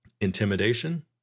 intimidation